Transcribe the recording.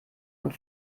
und